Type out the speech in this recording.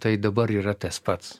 tai dabar yra tas pats